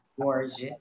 gorgeous